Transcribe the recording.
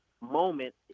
moment